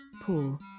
Paul